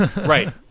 Right